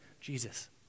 Jesus